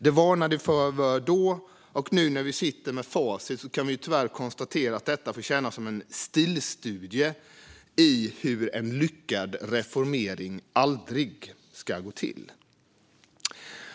Det varnade vi för då, och nu när vi sitter med facit i hand kan vi tyvärr konstatera att detta får tjäna som stilstudie i hur en lyckad reformering aldrig ska gå till.